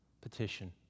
petition